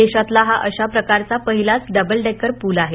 देशातला हा अशा प्रकारचा पहिलाच डबल डेकर पूल आहे